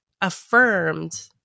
affirmed